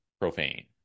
profane